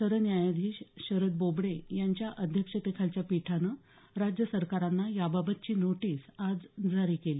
सरन्यायाधीश शरद बोबडे यांच्या अध्यक्षतेखालच्या पीठानं राज्य सरकारांना याबाबतची नोटिस आज जारी केली